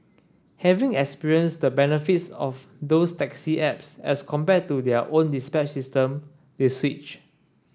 having experienced the benefits of those taxi apps as compared to their own dispatch system they switch